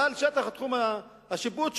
אבל שטח תחום השיפוט שלכם,